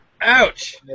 Ouch